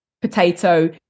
potato